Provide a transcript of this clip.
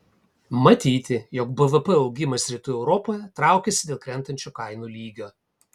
matyti jog bvp augimas rytų europoje traukiasi dėl krentančio kainų lygio